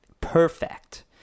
perfect